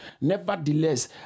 Nevertheless